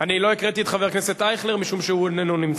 לא הקראתי את שמו של חבר הכנסת אייכלר משום שהוא אינו נמצא.